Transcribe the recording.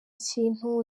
kintu